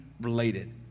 related